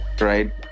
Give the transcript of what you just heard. right